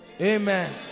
Amen